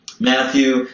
Matthew